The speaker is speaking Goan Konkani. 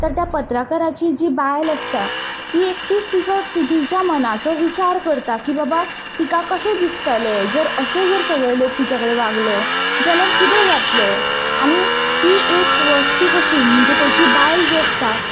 तर त्या पत्रकाराची जी बायल आसता ती एकटीच तिजो तिच्या मनाचो विचार करता की बाबा तिका कशें दिसतलें जर अशें जर सगले लोक तिच्या कडेन वागले जाल्यार कितें जातलें आनी ती एक वस्तू कशी म्हणजे तेजी बायल जी आसता